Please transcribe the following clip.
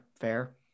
fair